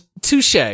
touche